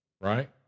right